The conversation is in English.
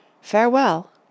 Farewell